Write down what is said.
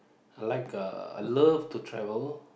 I like uh I love to travel